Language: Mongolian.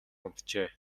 унтжээ